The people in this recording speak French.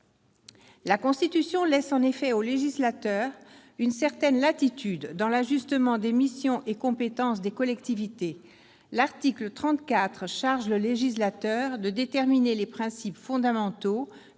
La Constitution laisse en effet au législateur une certaine latitude dans l'ajustement des missions et compétences des collectivités. Son article 34 le charge de déterminer les principes fondamentaux